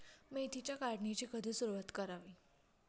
मेथीच्या काढणीची कधी सुरूवात करावी?